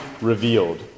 revealed